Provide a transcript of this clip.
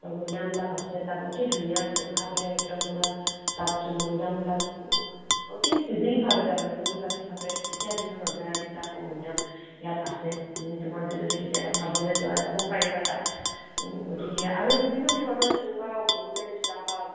মৈদামবিলাক আছে তাত অতি ধুনীয়াভাৱে একদম পূৰা তাত মৈদামবিলাক অতি চিজিলভাৱে তাৰমানে পৰিপাতিভাৱে তেতিয়াৰ দিনৰ ৰজা ৰাণীবিলাকৰ মৈদাম ইয়াত আছে এনেই তোমালোকে যদি কেতিয়াবা চাবলৈ যোৱা যাব পাৰিবা তাত গতিকে আৰু বিভিন্ন ধৰণৰ তেনেকুৱা মনুমেণ্টছবিলাক বা